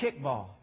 kickball